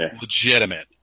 Legitimate